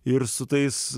ir su tais